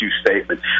statement